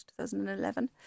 2011